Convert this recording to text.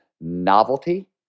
novelty